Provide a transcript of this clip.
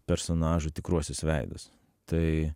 personažų tikruosius veidus tai